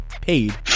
paid